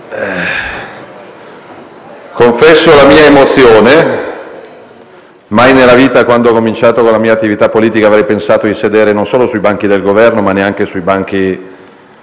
confesso la mia emozione: mai nella vita, quando ho cominciato la mia attività politica, avrei pensato di sedere sui banchi del Governo, ma neanche sui banchi